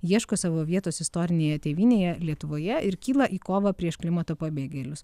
ieško savo vietos istorinėje tėvynėje lietuvoje ir kyla į kovą prieš klimato pabėgėlius